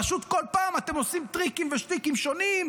פשוט כל פעם אתם עושים טריקים ושטיקים שונים,